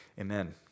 Amen